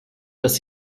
dass